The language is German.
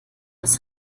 das